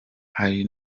hari